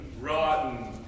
rotten